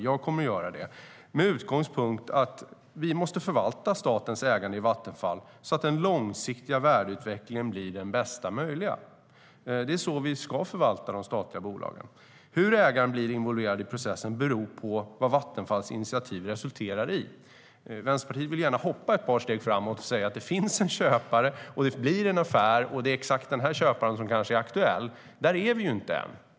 Jag kommer att göra det, med utgångspunkten att vi måste förvalta statens ägande i Vattenfall så att den långsiktiga värdeutvecklingen blir den bästa möjliga. Det är så vi ska förvalta de statliga bolagen. Hur ägaren blir involverad i processen beror på vad Vattenfalls initiativ resulterar i. Vänsterpartiet vill gärna hoppa ett par steg framåt och säga att det finns en köpare, att det blir en affär och att det är exakt den köparen som är aktuell. Där är vi inte än.